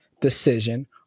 decision